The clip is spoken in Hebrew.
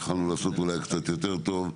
יכלנו לעשות אולי קצת יותר טוב.